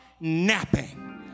napping